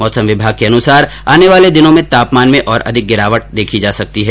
मौसम विभाग के अनुसार आने वाले दिनों में तापमान में और अधिक गिरावट आ सकती है